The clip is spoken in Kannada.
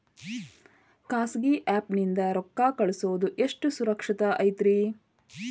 ಖಾಸಗಿ ಆ್ಯಪ್ ನಿಂದ ರೊಕ್ಕ ಕಳ್ಸೋದು ಎಷ್ಟ ಸುರಕ್ಷತಾ ಐತ್ರಿ?